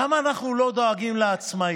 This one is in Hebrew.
למה אנחנו לא דואגים לעצמאיות?